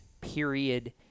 period